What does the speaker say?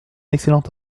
excellent